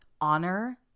honor